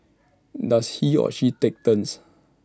does he or she take turns